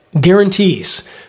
guarantees